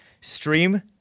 stream